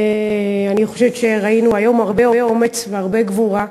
אני חושבת שראינו היום הרבה אומץ והרבה גבורה,